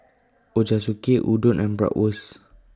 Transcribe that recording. Ochazuke Udon and Bratwurst